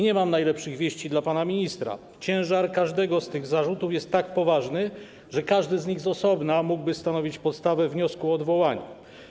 Nie mam najlepszych wieści dla pana ministra - ciężar każdego z tych zarzutów jest tak poważny, że każdy z nich z osobna mógłby stanowić podstawę wniosku o odwołanie.